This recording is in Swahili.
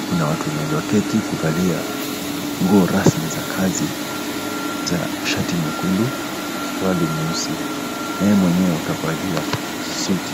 kuna watu wenye walioketi kuvalia nguo rasmi za kazi shati nyekundu na suruali nyeusi naye mwenyewe kavalia suti.